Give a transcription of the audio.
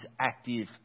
active